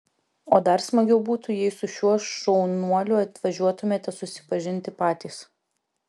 o dar smagiau būtų jei su šiuo šaunuoliu atvažiuotumėte susipažinti patys